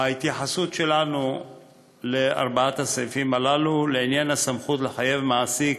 ההתייחסות שלנו לארבעת הסעיפים הללו: לעניין הסמכות לחייב מעסיק